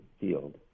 field